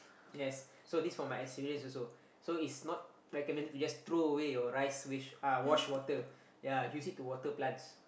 yes so this from my experience also so is not recommended to just throw away your rice wish uh wash water ya use it to water plants